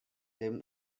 him